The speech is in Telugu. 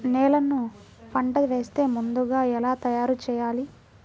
నేలను పంట వేసే ముందుగా ఎలా తయారుచేయాలి?